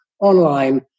online